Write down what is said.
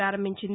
ప్రపారంభించింది